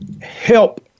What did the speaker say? help